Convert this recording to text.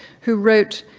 who wrote,